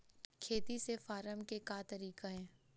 खेती से फारम के का तरीका हे?